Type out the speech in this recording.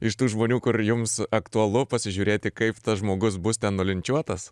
iš tų žmonių kur jums aktualu pasižiūrėti kaip tas žmogus bus ten nulinčiuotas